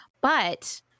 But-